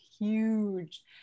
huge